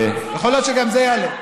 יכול להיות שגם זה יעלה.